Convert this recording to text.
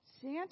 Santa